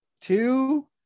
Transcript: two